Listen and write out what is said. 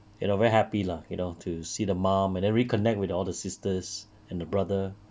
you know very happy lah you know to see the mum and then reconnect with all the sisters and the brother